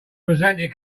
presented